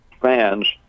fans